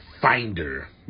finder